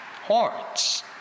horns